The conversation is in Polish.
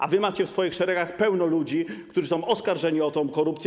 A wy macie w swoich szeregach pełno ludzi, którzy są oskarżeni o korupcję.